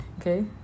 Okay